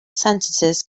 sentences